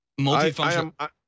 Multifunctional